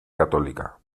católica